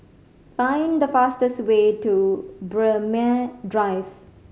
find the fastest way to Braemar Drive